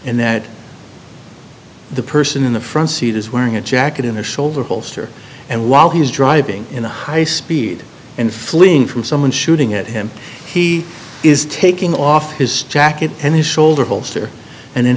and that the person in the front seat is wearing a jacket in a shoulder holster and while he's driving in a high speed and fleeing from someone shooting at him he is taking off his jacket and his shoulder holster and then